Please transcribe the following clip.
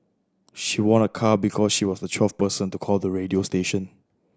she won a car because she was the twelfth person to call the radio station